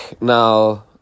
now